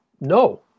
no